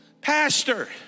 Pastor